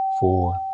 four